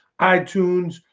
iTunes